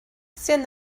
send